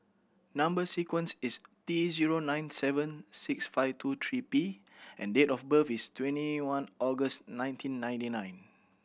number sequence is T zero nine seven six five two three P and date of birth is twenty one August nineteen ninety nine